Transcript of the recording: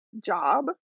job